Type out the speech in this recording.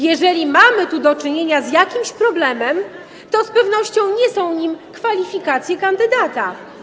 Jeżeli mamy tu do czynienia z jakimś problemem, to z pewnością nie są nim kwalifikacje kandydata.